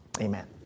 Amen